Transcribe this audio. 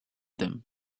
them